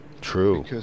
True